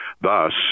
Thus